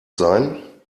sein